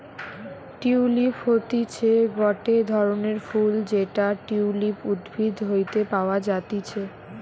tulip হতিছে গটে ধরণের ফুল যেটা টিউলিপ উদ্ভিদ হইতে পাওয়া যাতিছে